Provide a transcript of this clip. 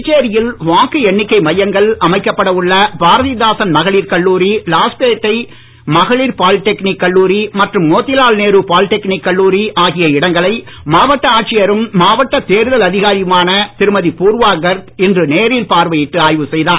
புதுச்சேரியில் வாக்கு எண்ணிக்கை மையங்கள் அமைக்கப்பட உள்ள பாரதிதாசன் மகளிர் கல்லூரி லாஸ்பேட் மகளிர் பாலிடெக்னிக் கல்லூரி மற்றும் மோதிலால் நேரு பாலிடெக்னிக் கல்லூரி ஆகிய இடங்களை மாவட்ட ஆட்சியரும் மாவட்ட தேர்தல் அதிகாரியுமான திருமதி பூர்வா கர்க் இன்று நேரில் பார்வையிட்டு ஆய்வு செய்தார்